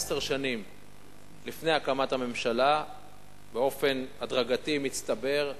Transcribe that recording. עשר שנים לפני הקמת הממשלה, באופן הדרגתי, מצטבר,